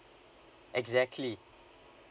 exactly